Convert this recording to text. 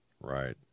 right